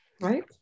right